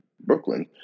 Brooklyn